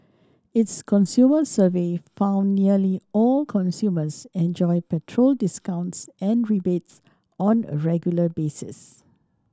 its consumer survey found nearly all consumers enjoy petrol discounts and rebates on a regular basis